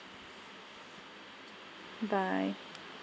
bye